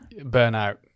burnout